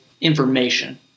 information